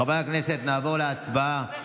חברי הכנסת, נעבור להצבעה.